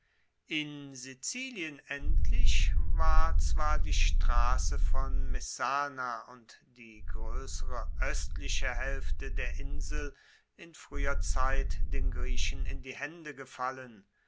in sizilien endlich war zwar die strasse von messana und die groessere oestliche haelfte der insel in frueher zeit den griechen in die haende gefallen